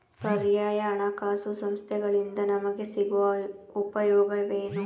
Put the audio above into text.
ಪರ್ಯಾಯ ಹಣಕಾಸು ಸಂಸ್ಥೆಗಳಿಂದ ನಮಗೆ ಸಿಗುವ ಉಪಯೋಗವೇನು?